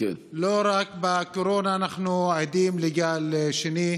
לא רק בקורונה אנחנו עדים לגל שני.